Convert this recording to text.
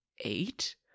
eight